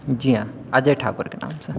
जी हाँ अजय ठाकुर के नाम से